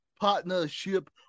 partnership